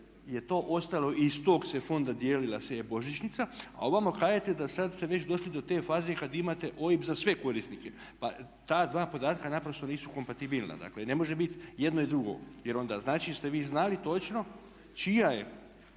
je to ostalo i iz tog se fonda dijelila se božićnica, a ovamo kažete da sad ste već došli do te faze kad imate OIB za sve korisnike. Pa ta dva podatka naprosto nisu kompatibilna, dakle ne može biti jedno i drugo. Jer onda znači ste vi znali točno čija je